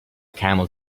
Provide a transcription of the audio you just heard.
camel